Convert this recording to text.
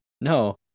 no